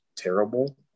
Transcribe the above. terrible